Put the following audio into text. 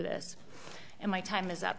this and my time is up